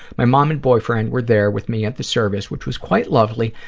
my mom and boyfriend were there with me at the service, which was quite lovely,